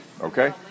okay